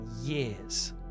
years